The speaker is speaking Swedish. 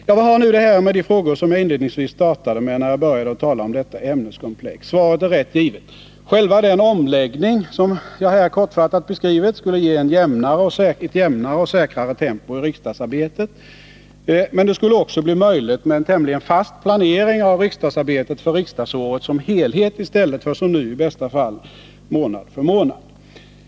Vad har nu detta att göra med de frågor som jag inledningsvis tog upp när jag började tala om detta ämneskomplex? Svaret är rätt givet. Själva den omläggning som jag här kortfattat har beskrivit skulle ge ett jämnare och säkrare tempo i riksdagsarbetet. Men det skulle också bli möjligt med en tämligen fast planering av riksdagsarbetet för riksmötet som helhet, i stället för som nu i bästa fall månad för månad.